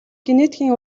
генетикийн